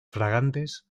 fragantes